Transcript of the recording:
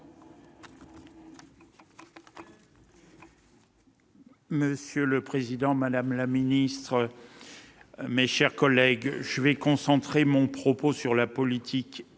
Monsieur le président, madame la ministre, mes chers collègues, je concentrerai mon propos sur la politique immobilière